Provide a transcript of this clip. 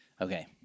Okay